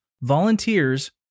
volunteers